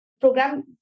program